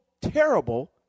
terrible